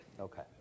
Okay